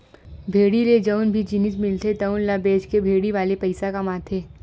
भेड़ी ले जउन भी जिनिस मिलथे तउन ल बेचके भेड़ी वाले पइसा कमाथे